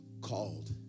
Called